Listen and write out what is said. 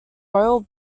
royal